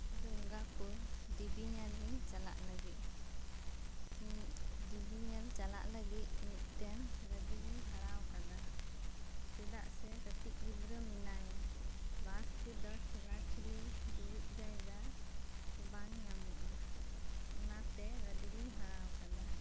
ᱫᱩᱨᱜᱟᱯᱩᱨ ᱫᱮᱵᱤ ᱧᱮᱞᱤᱧ ᱪᱟᱞᱟᱜ ᱞᱟᱹᱜᱤᱫ ᱫᱮᱵᱤᱧᱮᱞ ᱪᱟᱞᱟᱜ ᱞᱟᱹᱜᱤᱫ ᱢᱤᱫ ᱴᱮᱱ ᱜᱟᱹᱰᱤ ᱞᱤᱧ ᱵᱷᱟᱲᱟᱣᱟᱠᱟᱫᱟ ᱪᱮᱫᱟᱥᱮ ᱠᱟᱹᱴᱤᱡ ᱜᱤᱫᱽᱨᱟᱹ ᱢᱮᱱᱟᱭᱟ ᱵᱟᱥᱛᱮᱫᱚ ᱴᱷᱮᱞᱟ ᱴᱷᱮᱞᱤ ᱫᱩᱲᱩᱵ ᱡᱟᱭᱜᱟᱠᱚ ᱵᱟᱝ ᱧᱟᱢᱚᱜᱼᱟ ᱚᱱᱟᱛᱮ ᱜᱟᱹᱰᱤᱞᱤᱧ ᱵᱷᱟᱲᱟᱣᱟᱠᱟᱫᱟ